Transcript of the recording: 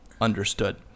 Understood